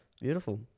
Beautiful